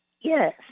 Yes